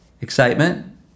excitement